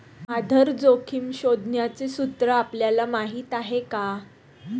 आधार जोखिम शोधण्याचे सूत्र आपल्याला माहीत आहे का?